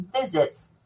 visits